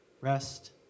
rest